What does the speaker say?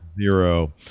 Zero